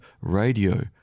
radio